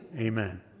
Amen